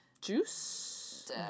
Juice